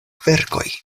kverkoj